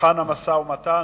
לשולחן המשא-ומתן?